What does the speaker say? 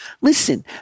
Listen